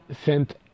sent